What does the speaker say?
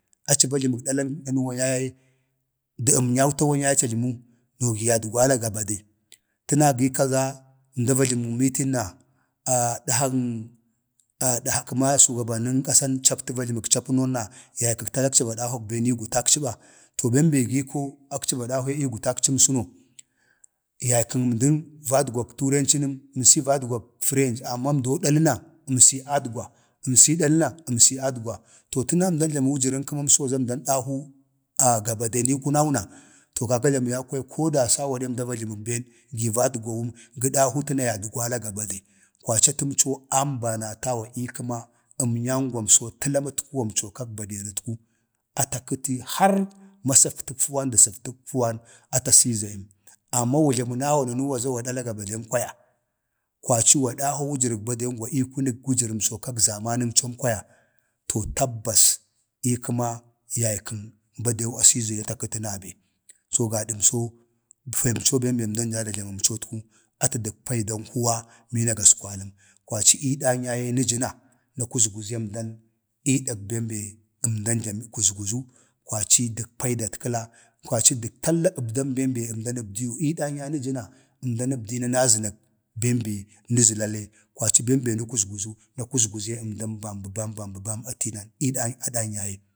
aci va jləmək dalan nanwan yaye dən amnyaw tawan yaye dən əmnyau tawan yaye dan əmnyau tawan tawan yaye yadgwali, təna gə kaza əmda va jəlmən mitin na kəma dəhan kəmaa sungabannon kasan captu va jləmək capənon na yay kək tala akci va dahwak ben ii gutakci ba, to bem be akci va dahwe gutakcəmsəno yay kən əmdən vadgwag turancənən vadgwak french amma əmdau daləna, əmsi adgwa, əmsi dalu na əmsi adgwa. to təna əmdan jləma dahu gabaden ii kunau na, to kaka jlamə yau kwaya koo da sau gade əmda va jləmək ben gi vadgwawum, ga dahu təna yadgwala gabade, kwaci atəmco ambanatawa ii kəma əmnyangwamso təlaməktkuwamco kag baderi atə apətəm har masəftək fuwan da səftə fuwan atə a sii zayəm, amma wu jlawu nawa nanuwa za wa dala gabadem kwaya, kwaci a dahwa wujərək badengwa ii kunək wujərəmso kag zamanəmcom kwaya, to tabbas ii kəma yaykən badeu a siizayu atə akəti nabe. gadan amco atu bem co əmdan daa da jlaməmcot ku atu blan huwa mina gaskwatəm. kwaci ii dan yaye nəjəra na kuzguzem dən ii dag bem be əmdan kuzguzu kwaci dək paidatkəla kwaci dək talla əbdan be be əmdan abdiyu ii dan ya ye nəjəna, əmdan əbdəyu na na zənak be nəkuzguzu, na kuzfuzu əmdan bambəbam bambəbam atiinau, ii dan yaye,